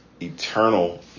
eternal